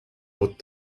put